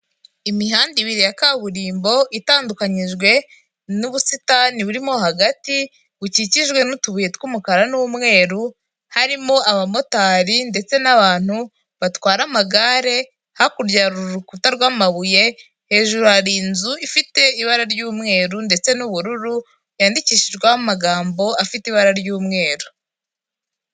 Imihanda ibiri ya kaburimbo itandukanyijwe n'ubusitani burimo hagati bukikijwe n'utubuye tw'umukara n'umweru harimo abamotari ndetse n'abantu batwara amagare hakurya hari urukuta rw'amabuye hejuru hari inzu ifite ibara ry'umweru ndetse n'ubururu yandikishijweho amagambo afite ibara ry'umweru.